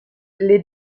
les